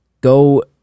go